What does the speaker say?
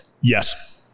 Yes